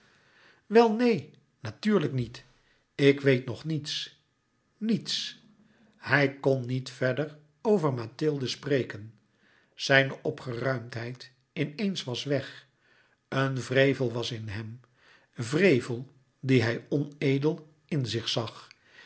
wel neen natuurlijk niet ik weet nog niets niets louis couperus metamorfoze hij kon niet verder over mathilde spreken zijne opgeruimdheid in eens was weg een wrevel was in hem wrevel dien hij onedel in zich zag